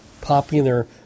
popular